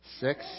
Six